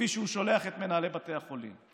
כפי שהוא שולח את מנהלי בתי החולים.